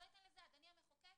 אני המחוקק,